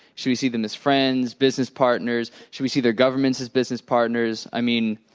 should we see them as friends, business partners, should we see their governments as business partners? i mean,